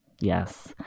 yes